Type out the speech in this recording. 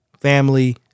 family